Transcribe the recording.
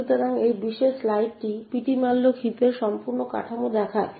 সুতরাং এই বিশেষ স্লাইডটি ptmalloc হিপের সম্পূর্ণ কাঠামো দেখায়